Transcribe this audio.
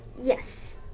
Yes